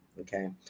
Okay